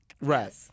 Right